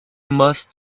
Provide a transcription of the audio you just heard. must